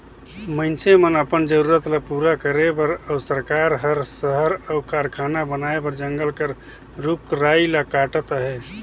मइनसे मन अपन जरूरत ल पूरा करे बर अउ सरकार हर सहर अउ कारखाना बनाए बर जंगल कर रूख राई ल काटत अहे